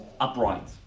upright